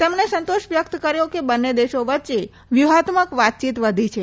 તેમણે સંતોષ વ્યક્ત કર્યો કે બંને દેશો વચ્ચે વ્યૂહાત્મક વાતચીત વધી છે